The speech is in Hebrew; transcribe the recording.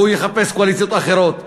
והוא יחפש קואליציות אחרות.